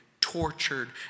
tortured